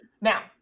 Now